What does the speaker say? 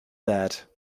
that